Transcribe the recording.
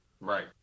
Right